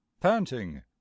panting